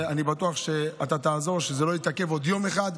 אני בטוח שאתה תעזור כדי שזה לא יתעכב עוד יום אחד.